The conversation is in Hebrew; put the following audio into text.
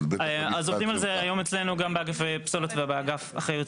עובדים על זה היום אצלנו גם באגף פסולת ובאגף אחריות